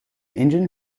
engine